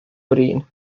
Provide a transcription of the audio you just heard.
brin